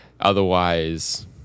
Otherwise